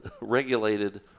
regulated